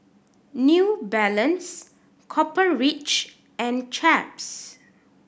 New Balance Copper Ridge and Chaps